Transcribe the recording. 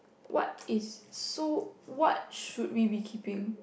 what is so what should we be keeping